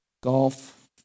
golf